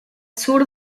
sur